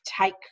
take